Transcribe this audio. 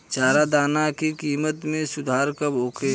चारा दाना के किमत में सुधार कब होखे?